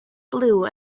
blue